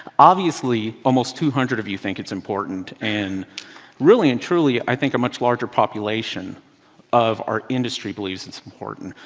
obviously, almost two hundred of you think it's important, and really and truly, i think a much larger population of our industry believes it's important.